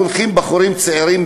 הולכים בחורים צעירים,